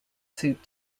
suit